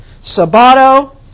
Sabato